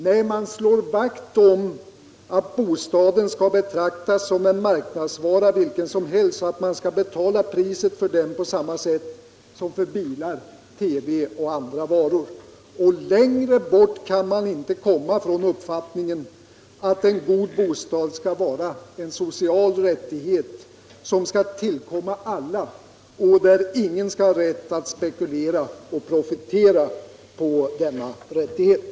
Nej, man slår vakt om principen att bostaden skall betraktas som en marknadsvara vilken som helst och att hyresgästerna skall betala priset för den på samma sätt som man betalar priset för bilar, TV-apparater och andra varor. Längre bort kan man inte komma från uppfattningen att en god bostad är en social rättighet som skall tillkomma alla och att ingen skall ha rätt att spekulera i och profitera på bostäder.